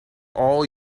all